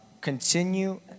continue